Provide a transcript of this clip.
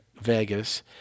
Vegas